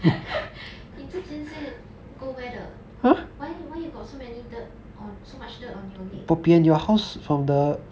你之前是 go where 的 why why you got so many dirt on so much dirt on your leg